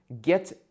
get